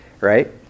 right